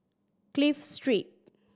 Clive Street